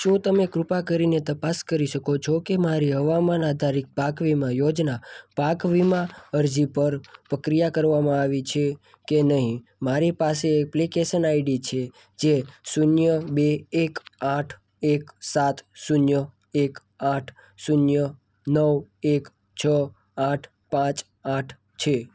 શું તમે કૃપા કરીને તપાસ કરી શકો છો કે મારી હવામાન આધારિત પાક વીમા યોજના પાક વીમા અરજી પર પક્રિયા કરવામાં આવી છે કે નહીં મારી પાસે એપ્લિકેશન આઈડી છે જે શૂન્ય બે એક આઠ એક સાત શૂન્ય એક આઠ શૂન્ય નવ એક છ આઠ પાંચ આઠ છે